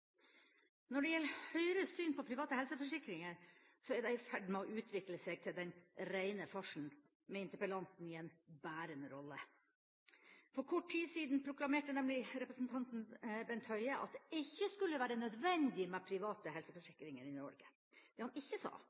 Når det gjelder Høyres syn på private helseforsikringer, er det i ferd med å utvikle seg til den reine farsen, med interpellanten i en bærende rolle. For kort tid siden proklamerte nemlig representanten Bent Høie at det ikke skulle være nødvendig med private helseforsikringer i Norge. Det han ikke sa,